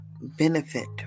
benefit